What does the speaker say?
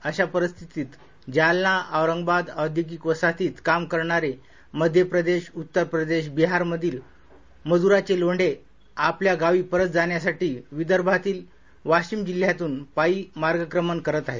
अशा परिस्थितीत जालना औरंगाबाद औद्योगिक वसाहतीत काम करणारे मध्यप्रदेश उत्तरप्रदेश बिहारमधील मजुरांचे लोंढे आपल्या गावी परत जाण्यासाठी विदर्भातील वाशिम जिल्ह्यातुन पायी मार्गक्रमण करत आहेत